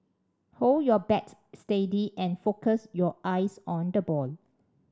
hold your bat steady and focus your eyes on the ball